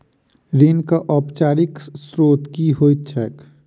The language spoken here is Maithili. ऋणक औपचारिक स्त्रोत की होइत छैक?